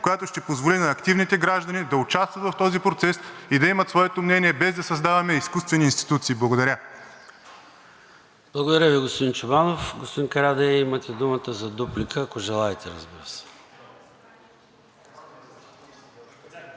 която ще позволи на активните граждани да участват в този процес и да имат своето мнение, без да създаваме изкуствени институции. Благодаря. ПРЕДСЕДАТЕЛ ЙОРДАН ЦОНЕВ: Благодаря, господин Чобанов. Господин Карадайъ, имате думата за дуплика – ако желаете, разбира се.